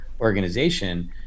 organization